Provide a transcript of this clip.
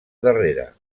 darrere